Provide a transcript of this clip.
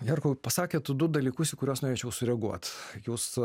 herkau pasakėt du dalykus į kuriuos norėčiau sureaguot jūs